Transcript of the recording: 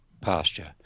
pasture